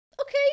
Okay